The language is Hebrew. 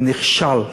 ונכשל טוטלית,